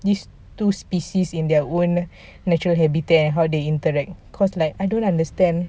these two species in their own natural habitat and how they interact cause like I don't understand